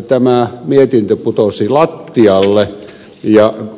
tämä mietintö putosi lattialle